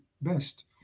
best